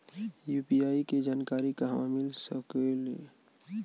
UPI के जानकारी कहवा मिल सकेले?